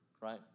right